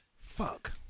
Fuck